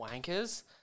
wankers